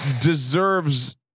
deserves